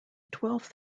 twelfth